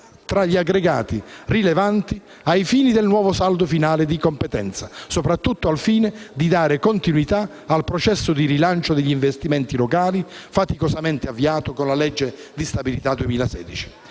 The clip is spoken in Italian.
tra gli aggregati rilevanti ai fini del nuovo saldo finale di competenza, soprattutto allo scopo di dare continuità al processo di rilancio degli investimenti locali faticosamente avviato con la legge di stabilità 2016.